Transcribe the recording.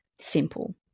simple